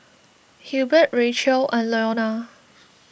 Hilbert Rachael and Leona